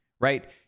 right